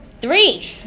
three